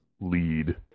lead